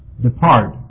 Depart